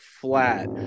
flat